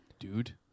Dude